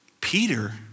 Peter